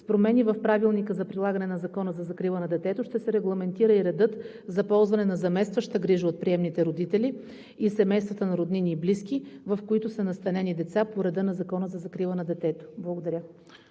С промени в Правилника за прилагане на Закона за закрила на детето ще се регламентира и редът за ползване на заместваща грижа от приемните родители и семействата на роднини и близки, в които са настанени деца по реда на Закона за закрила на детето. Благодаря.